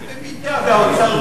אם האוצר לא יסכים.